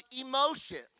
emotions